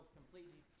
completely